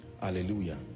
Hallelujah